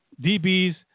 DBs